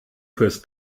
fürs